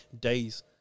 Days